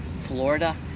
Florida